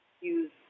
use